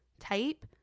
type